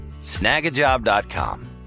Snagajob.com